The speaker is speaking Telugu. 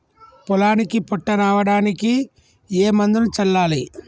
పొలానికి పొట్ట రావడానికి ఏ మందును చల్లాలి?